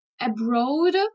abroad